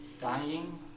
dying